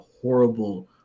horrible